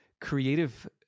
creative